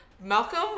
Malcolm